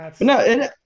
No